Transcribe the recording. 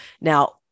Now